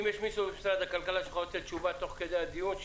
אם יש מישהו ממשרד הכלכלה שיכול לתת תשובה תוך כדי הדיון,